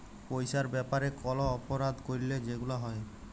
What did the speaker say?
পইসার ব্যাপারে কল অপরাধ ক্যইরলে যেগুলা হ্যয়